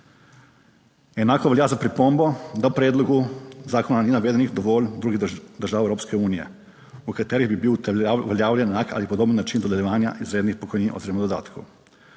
Enako velja za pripombo, da v predlogu zakona ni navedenih dovolj drugih držav Evropske unije, v katerih bi bil uveljavljen enak ali podoben način dodeljevanja izrednih pokojnin oziroma dodatkov.